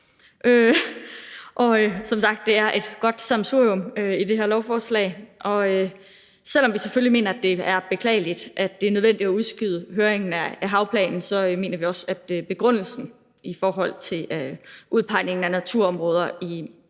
Som sagt er der et godt sammensurium i det her lovforslag. Og selv om vi selvfølgelig mener, at det er beklageligt, at det er nødvendigt at udskyde høringen af havplanen, så mener vi også, at begrundelsen i forhold til udpegningen af naturområder i